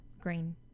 Green